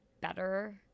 better